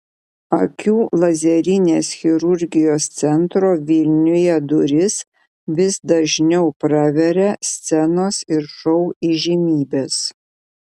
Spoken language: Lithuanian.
akių lazerinės chirurgijos centro vilniuje duris vis dažniau praveria scenos ir šou įžymybės